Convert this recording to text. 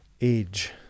age